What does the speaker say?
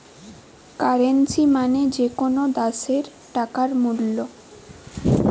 currency মানে যে কোনো দ্যাশের টাকার মূল্য